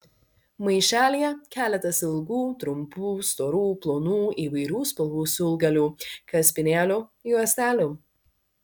maišelyje keletas ilgų trumpų storų plonų įvairių spalvų siūlgalių kaspinėlių juostelių